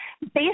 based